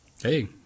Hey